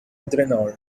entrenador